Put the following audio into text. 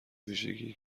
ویژگی